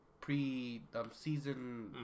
pre-season